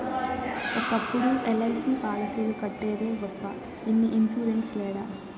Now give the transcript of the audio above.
ఒకప్పుడు ఎల్.ఐ.సి పాలసీలు కట్టేదే గొప్ప ఇన్ని ఇన్సూరెన్స్ లేడ